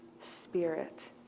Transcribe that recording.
Spirit